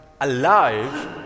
alive